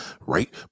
right